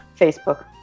Facebook